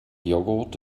joghurt